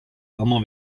ärmer